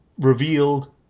revealed –